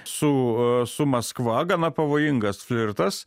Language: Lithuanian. su su maskva gana pavojingas flirtas